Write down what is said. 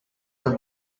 the